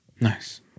Nice